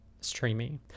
streaming